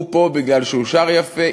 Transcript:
הוא פה מפני שהוא שר יפה,